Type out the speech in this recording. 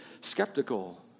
skeptical